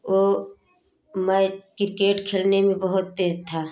वह मैं क्रिकेट खेलने में बहुत तेज़ था